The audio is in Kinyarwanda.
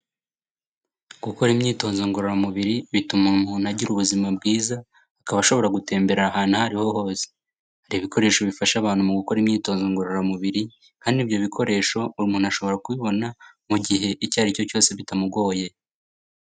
Gukora imyitozo ngororamubiri bituma umuntu agira ubuzima bwiza, akaba ashobora gutembera ahantu aho ariho hose, hari ibikoresho bifasha abantu mu gukora imyitozo ngororamubiri kandi ibyo bikoresho umuntu ashobora kubibona mu gihe icyo aricyo cyose bitamugoye.